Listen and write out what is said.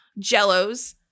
jellos